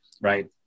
Right